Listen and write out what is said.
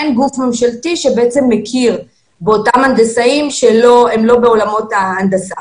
אין גוף ממשלתי שבעצם מכיר באותם הנדסאים שהם לא בעולמות ההנדסה